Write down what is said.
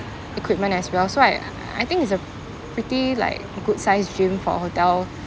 equipment as well so I I think it's a pretty like a good sized gym for a hotel